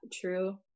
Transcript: True